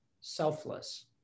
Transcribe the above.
selfless